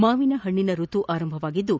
ಮಾವಿನ ಪಣ್ಣಿನ ಋತು ಆರಂಭವಾಗಿದ್ದು